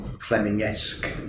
Fleming-esque